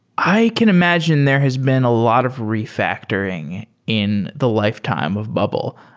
i can imagine there has been a lot of refactoring in the lifetime of bubble.